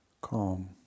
Calm